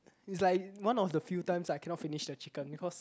it's like one of the few times I cannot finish the chicken because